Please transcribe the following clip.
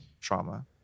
trauma